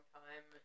time